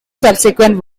subsequent